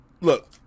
Look